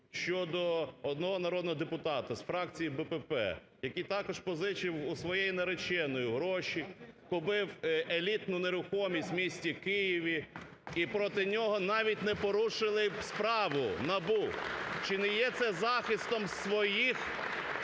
щодо одного народного депутата з фракції БПП, який також позичив у своєї нареченої гроші, купив елітну нерухомість в місті Києві і проти нього навіть не порушили справу в НАБУ! Чи не є це захистом своїх